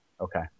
Okay